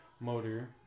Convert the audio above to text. motor